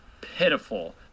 pitiful